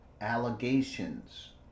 allegations